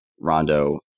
Rondo